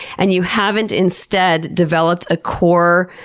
and you haven't instead developed a core